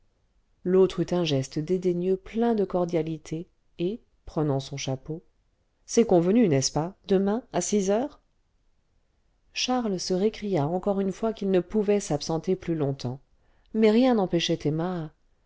l'autre eut un geste dédaigneux plein de cordialité et prenant son chapeau c'est convenu n'est-ce pas demain à six heures charles se récria encore une fois qu'il ne pouvait s'absenter plus longtemps mais rien n'empêchait